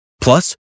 Plus